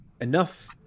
enough